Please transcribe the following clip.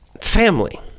Family